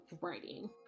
writing